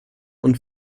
und